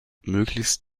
möglichst